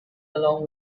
along